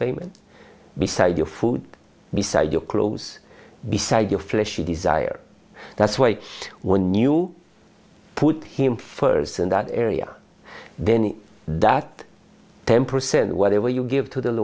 payment beside your food beside your clothes beside your fleshly desire that's why when you put him first in that area then that ten percent whatever you give to the